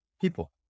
people